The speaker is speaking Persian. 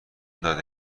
داده